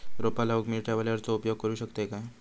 रोपा लाऊक मी ट्रावेलचो उपयोग करू शकतय काय?